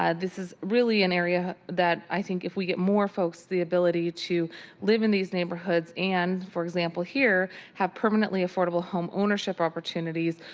ah this is really an area that i think if we get more folks the ability to live in these neighborhoods and for example here, have permanently affordable homeownership opportunities,